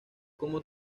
como